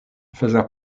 faisant